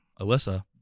Alyssa